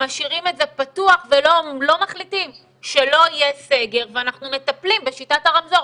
משאירים את זה פתוח ולא מחליטים שלא יהיה סגר ואנחנו מטפלים בשיטת הרמזור,